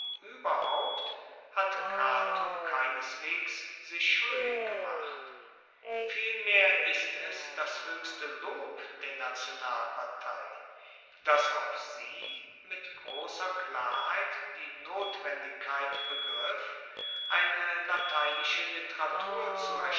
ueberhaupt hat cato keineswegs sich schuldig gemacht vielmehr ist es das hoechste lob der nationalpartei dass auch sie mit grosser klarheit die notwendigkeit begriff eine lateinische literatur